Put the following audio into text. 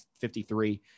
53